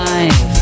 Life